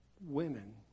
women